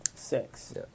six